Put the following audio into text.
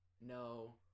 no